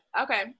Okay